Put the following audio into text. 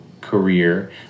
career